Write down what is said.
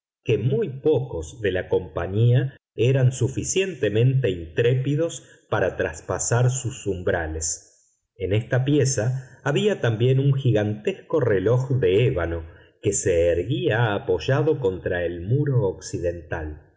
que muy pocos de la compañía eran suficientemente intrépidos para traspasar sus umbrales en esta pieza había también un gigantesco reloj de ébano que se erguía apoyado contra el muro occidental